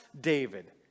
David